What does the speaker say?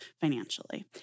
financially